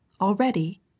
Already